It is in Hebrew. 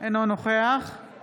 נוכח